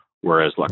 whereas